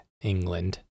England